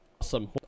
Awesome